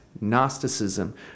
Gnosticism